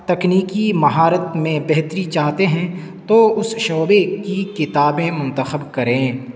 تکنیکی مہارت میں بہتری چاہتے ہیں تو اس شعبے کی کتابیں منتخب کریں